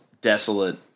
desolate